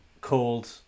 called